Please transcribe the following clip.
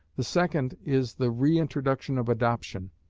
the second is the re-introduction of adoption,